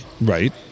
Right